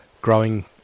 growing